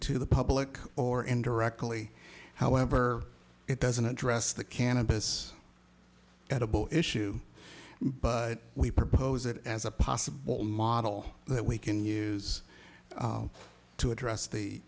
to the public or indirectly however it doesn't address the cannabis edible issue but we propose it as a possible model that we can use to address the